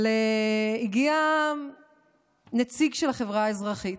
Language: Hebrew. אבל הגיע נציג של החברה האזרחית,